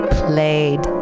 played